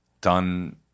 done